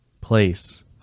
place